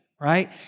Right